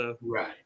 Right